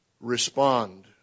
respond